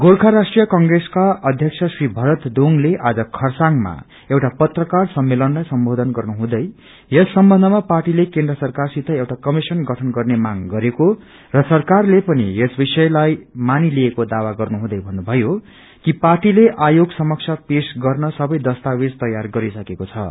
गोर्खा राष्ट्रीय कंग्रेसका अध्यक्ष श्री भरत दोंगले आज खरसाङमा एउटा पत्रकार सम्मेलनलाई सम्बोधन गर्नुहुँदै यस सम्बन्धमा पार्टीले केन्द्र सरकारसित एउटा कमिशन गठन गन्ने मांग गरेको छ र सरकारले पनि यस विषयलाई मानिलिएको दावा गर्नु हुँदै भन्नु भयो पार्टीले आयोग समक्ष पेश गर्न सबै दस्तावेज तैयार गरेको जानकारी दिनु भयो